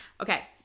Okay